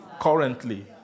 Currently